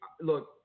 look